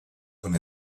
con